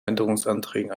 änderungsanträgen